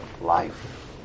life